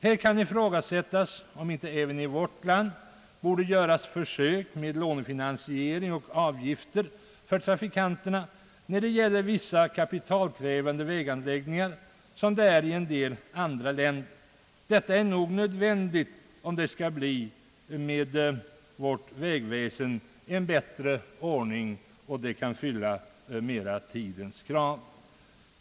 Här kan ifrågasättas om man inte även i vårt land, liksom man gör i en del andra länder, borde göra ett försök med lånefinansiering och avgifter för trafikanterna när det gäller vissa kapitalkrävande väganläggnnigar. Det blir nog nödvändigt att göra det om vi skall få en sådan ordning på vårt vägväsen att det kan fylla tidens krav på ett bättre sätt.